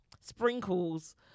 sprinkles